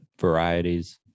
varieties